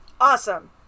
awesome